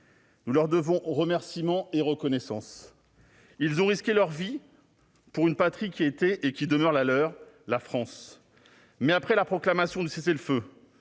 Nous leur devons remerciements et reconnaissance. Ils ont risqué leur vie pour une patrie qui était et qui demeure la leur : la France. Pourtant, après la proclamation du cessez-le-feu